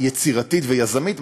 יצירתית ויזמית,